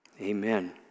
amen